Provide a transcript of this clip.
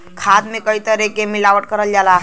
खाद में कई तरे क मिलावट करल जाला